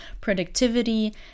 productivity